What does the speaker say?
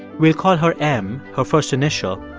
we'll call her m, her first initial,